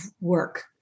work